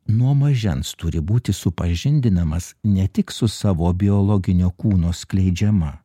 nuo mažens turi būti supažindinamas ne tik su savo biologinio kūno skleidžiama